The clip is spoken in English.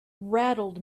rattled